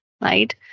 right